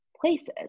places